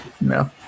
no